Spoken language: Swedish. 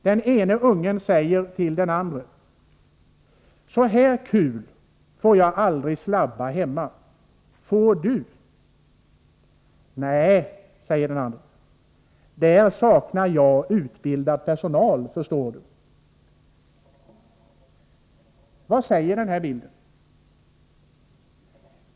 Den ene ungen säger till den andre: ”Så här kul får jag aldrig slabba hemma. Får du?” Den andre svarar: ”Nää! Där saknar jag utbildad personal, förstår du.” Vad säger den här bilden?